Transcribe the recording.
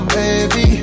baby